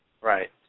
Right